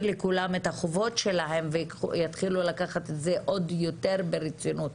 לכולם את החובות שלהם יתחילו לקחת את זה עוד יותר ברצינות.